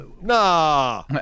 Nah